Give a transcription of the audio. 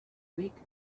week